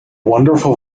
wonderful